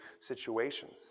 situations